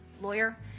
lawyer